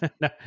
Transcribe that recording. No